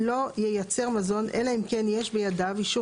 לא ייצר מזון אלא אם כן יש בידיו אישור